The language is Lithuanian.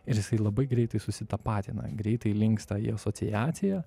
ir jisai labai greitai susitapatina greitai linksta į asociaciją